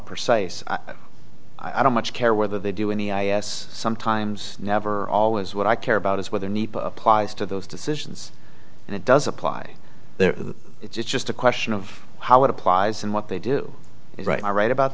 precise i don't much care whether they do any i a s sometimes never always what i care about is whether need applies to those decisions and it does apply there it's just a question of how it applies and what they do is right i write about